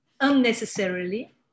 unnecessarily